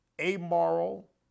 amoral